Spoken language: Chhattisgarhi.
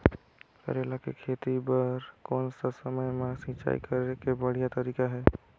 करेला के खेती बार कोन सा समय मां सिंचाई करे के बढ़िया तारीक हे?